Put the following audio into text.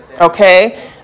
Okay